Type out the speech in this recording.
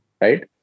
Right